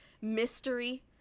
mystery